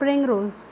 spring rolls